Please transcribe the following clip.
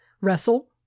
wrestle